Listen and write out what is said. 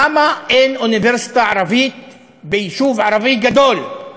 למה אין אוניברסיטה ערבית ביישוב ערבי גדול?